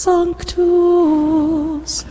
Sanctus